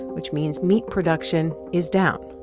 which means meat production is down.